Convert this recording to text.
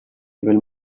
nivel